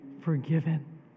forgiven